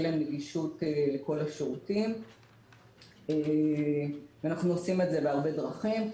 להם נגישות לכל השירותים ואנחנו עושים את זה בהרבה דרכים.